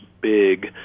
big